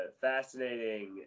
fascinating